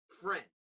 friend